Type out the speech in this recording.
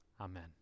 Amen